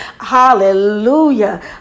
hallelujah